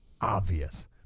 obvious